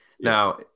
now